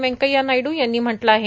व्यंकय्या नायडू यांनी म्हटलं आहे